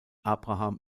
abraham